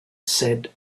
said